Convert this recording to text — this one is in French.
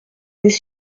des